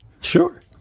sure